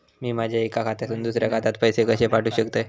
मी माझ्या एक्या खात्यासून दुसऱ्या खात्यात पैसे कशे पाठउक शकतय?